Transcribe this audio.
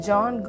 John